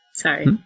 Sorry